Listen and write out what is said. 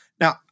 Now